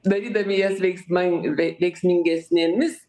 darydami jas veiksman vei veiksmingesnėmis